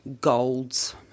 golds